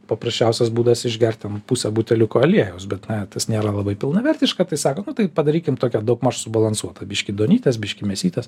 paprasčiausias būdas išgert ten pusę buteliuko aliejaus bet na tas nėra labai pilnavertiška tai sako nu tai padarykim tokią daugmaž subalansuotą biškį duonytės biškį mėsytės